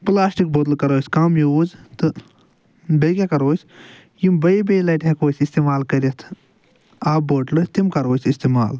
plastic بٲتلہِ کَرو أسۍ کم یوٗز تہٕ بییٚہِ کیٚاہ کَرو أسۍ یِم بییٚہِ بییٚہِ لٹہِ ہٮ۪کو أسۍ اِستعمال کٔرِتھ آبہٕ بوٹلہٕ تِم کَرو أسۍ اِستعمال